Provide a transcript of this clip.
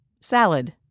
Salad